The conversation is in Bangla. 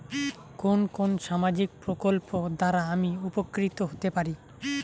কোন কোন সামাজিক প্রকল্প দ্বারা আমি উপকৃত হতে পারি?